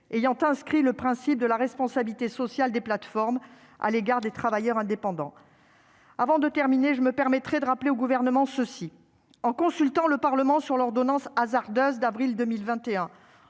a inscrit le principe de la responsabilité sociale des plateformes à l'égard des travailleurs indépendants. Avant d'en terminer, je me permettrai d'interpeller le Gouvernement, monsieur le secrétaire d'État. En consultant le Parlement sur l'ordonnance hasardeuse d'avril 2021,